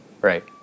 right